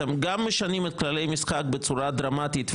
אתם גם משנים את כללי המשחק בצורה דרמטית,